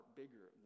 bigger